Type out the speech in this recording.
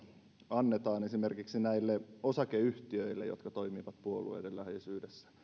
annetaan esimerkiksi näille osakeyhtiöille jotka toimivat puolueiden läheisyydessä